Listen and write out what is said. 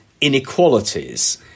inequalities